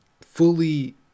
fully